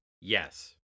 yes